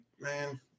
man